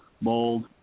mold